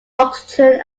oxygen